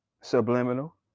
Subliminal